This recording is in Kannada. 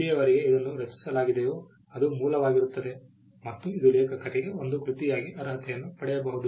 ಎಲ್ಲಿಯವರೆಗೆ ಇದನ್ನು ರಚಿಸಲಾಗಿದೆಯೋ ಅದು ಮೂಲವಾಗಿರುತ್ತದೆ ಮತ್ತು ಇದು ಲೇಖಕರಿಗೆ ಒಂದು ಕೃತಿಯಾಗಿ ಅರ್ಹತೆಯನ್ನು ಪಡೆಯಬಹುದು